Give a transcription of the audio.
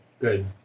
good